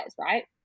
right